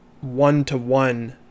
one-to-one